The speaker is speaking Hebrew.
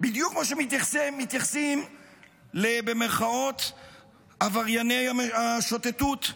בדיוק כמו שמתייחסים אל "עברייני השוטטות".